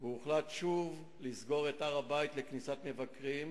והוחלט שוב לסגור את הר-הבית לכניסת מבקרים